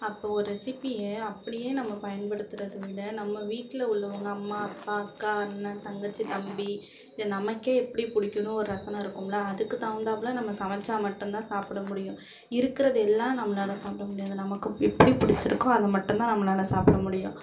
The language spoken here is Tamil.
அப்போ ஒரு ரெஸிப்பியை அப்படியே நம்ம பயன்படுத்துகிறத விட நம்ம வீட்டில் உள்ளவங்கள் அம்மா அப்பா அக்கா அண்ணன் தங்கச்சி தம்பி இல்லை நமக்கே எப்படி பிடிக்குன்னு ஒரு ரசனை இருக்குமில அதுக்கு தகுந்தாப்பில் நம்ம சமைச்சா மட்டும்தான் சாப்பிட முடியும் இருக்கிறதெல்லாம் நம்மளால் சாப்பிட முடியாது நமக்கு எப்படி பிடிச்சிருக்கோ அதை மட்டும் தான் நம்மளால் சாப்பிட முடியும்